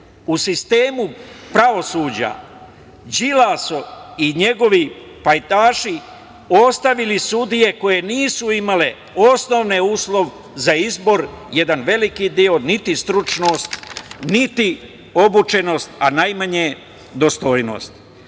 u sistemu pravosuđa Đilas i njegovi pajtaši ostavili sudije koje nisu imale osnovni uslov za izbor, jedan veliki deo niti stručnost, niti obučenost, a najmanje